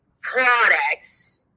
products